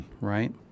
Right